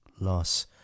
loss